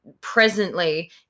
presently